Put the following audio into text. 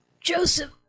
Joseph